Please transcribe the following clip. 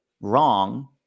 wrong